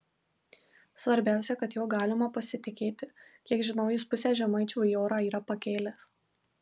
svarbiausia kad juo galima pasitikėti kiek žinau jis pusę žemaičių į orą yra pakėlęs